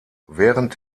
während